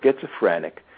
schizophrenic